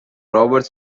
robert